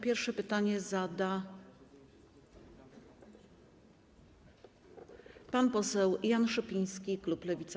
Pierwsze pytanie zada pan poseł Jan Szopiński, klub Lewica.